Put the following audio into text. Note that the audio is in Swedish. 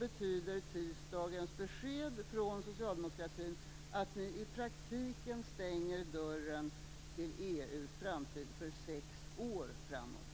betyder tisdagens besked från socialdemokratin att ni i praktiken stänger dörren till EU:s framtid för sex år framåt.